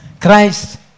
Christ